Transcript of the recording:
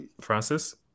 Francis